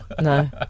No